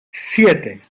siete